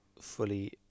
fully